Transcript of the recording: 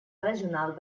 regional